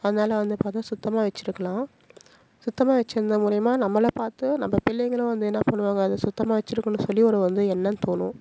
அதனால் வந்து பார்த்தினா சுத்தமாக வச்சுருக்கலாம் சுத்தமாக வச்சுருந்த மூலியமாக நம்மளை பார்த்தும் நம்ப பிள்ளைகளும் வந்து என்ன பண்ணுவாங்க அதை சுத்தமாக வச்சுருக்குனு சொல்லி ஒரு வந்து எண்ணம் தோணும்